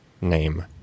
name